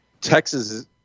Texas